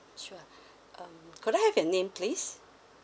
sure um could I have your name please